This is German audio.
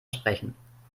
sprechen